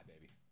baby